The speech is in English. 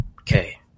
Okay